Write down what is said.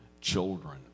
children